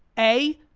a,